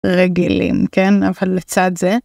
רגילים כן, אבל לצד זה.